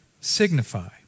signify